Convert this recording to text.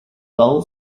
dull